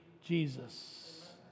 Jesus